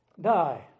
die